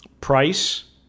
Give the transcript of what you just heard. price